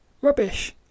rubbish